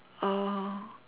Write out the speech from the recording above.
uh